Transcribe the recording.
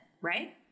right